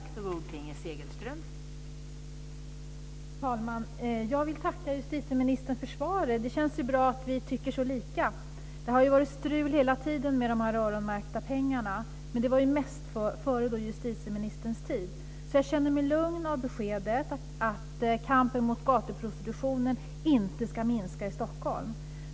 Fru talman! Jag vill tacka justitieministern för svaret. Det känns bra att vi tycker så lika. Det har hela tiden varit strul med de öronmärkta pengarna. Det var mest före justitieministerns tid. Jag känner mig lugn av beskedet att kampen mot gatuprostitutionen inte ska minska i Stockholm.